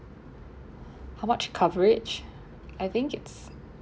how much coverage I think it's